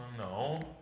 No